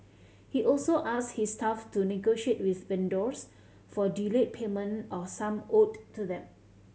he also asked his staff to negotiate with vendors for delayed payment of sum owed to them